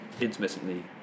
intermittently